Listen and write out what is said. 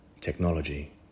technology